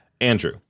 Andrew